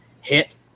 hit